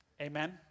Amen